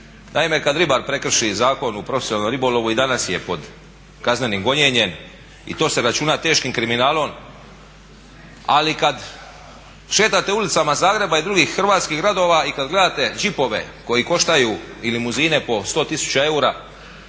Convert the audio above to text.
Naime, kad ribar prekrši zakon u profesionalnom ribolovu i danas je pod kaznenim gonjenjem i to se računa teškim kriminalom. Ali kad šetate ulicama Zagreba i drugih hrvatskih gradova i kad gledate đipove koji koštaju i limuzine po 100 tisuća